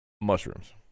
mushrooms